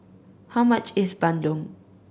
how much is bandung